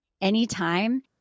anytime